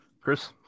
chris